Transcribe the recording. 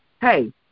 hey